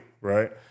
right